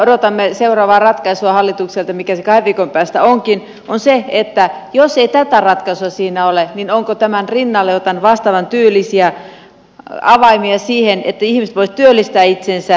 odotamme hallitukselta seuraavaa ratkaisua mikä se kahden viikon päästä onkin ja jos ei tätä ratkaisua siinä ole niin onko tämän rinnalle jotain vastaavantyylisiä avaimia siihen että ihmiset voisivat työllistää itsensä